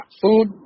food